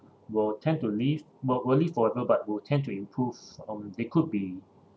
will tend to live will will live forever but will tend to improve or they could be